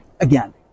again